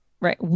right